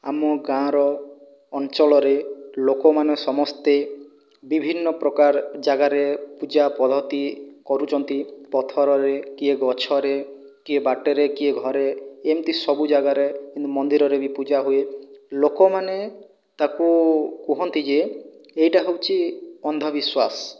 ଆମ ଗାଁର ଅଞ୍ଚଳରେ ଲୋକମାନେ ସମସ୍ତେ ବିଭିନ୍ନ ପ୍ରକାର ଜାଗାରେ ପୂଜା ପଦ୍ଧତି କରୁଛନ୍ତି ପଥରରେ କିଏ ଗଛରେ କିଏ ବାଟରେ କିଏ ଘରେ ଏମିତି ସବୁ ଜାଗାରେ କିନ୍ତୁ ମନ୍ଦିରରେ ବି ପୂଜା ହୁଏ ଲୋକମାନେ ତା'କୁ କୁହନ୍ତି ଯେ ଏଇଟା ହେଉଛି ଅନ୍ଧବିଶ୍ୱାସ